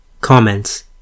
Comments